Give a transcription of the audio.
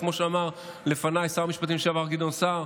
וכמו שאמר לפניי שר המשפטים לשעבר, גדעון סער,